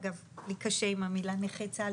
אגב, לי קשה עם המילה נכה צה"ל.